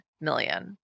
million